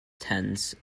tends